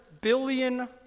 billion